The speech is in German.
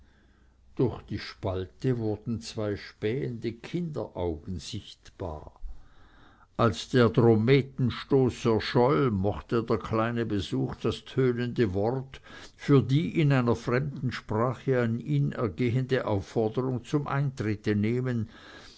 durch die spalte wurden zwei spähende kinderaugen sichtbar als der drommetenstoß erscholl mochte der kleine besuch das tönende wort für die in einer fremden sprache an ihn ergehende aufforderung zum eintritte nehmen